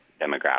demographic